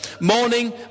Morning